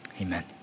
amen